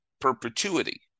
perpetuity